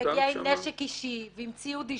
מגיע עם נשק אישי ועם ציוד אישי,